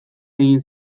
egin